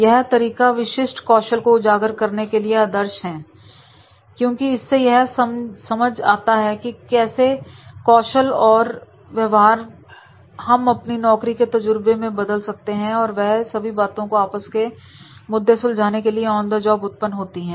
यह तरीके विशिष्ट कौशल को उजागर करने के लिए आदर्श हैं क्योंकि इससे यह समझ आता है की कैसे कौशल और व्यवहार हम अपनी नौकरी के तजुर्बे में बदल सकते हैं और वह सभी बातें जो आपस के मुद्दे सुलझाने के लिए ऑन द जॉब उत्पन्न होती हैं